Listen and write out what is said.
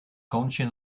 kącie